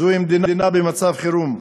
זוהי מדינה במצב חירום.